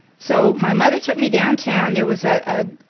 so my mother took me downtown. there was a